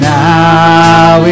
now